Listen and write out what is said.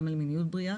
גם על מיניות בריאה